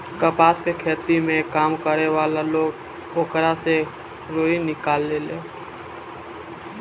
कपास के खेत में काम करे वाला लोग ओकरा से रुई निकालेले